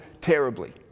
terribly